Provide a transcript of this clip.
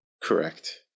Correct